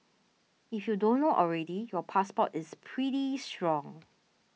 if you don't know already your passport is pretty strong